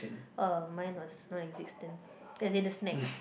oh mine was non existent as in the snacks